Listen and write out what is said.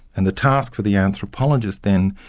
and the task for the anthropologist then,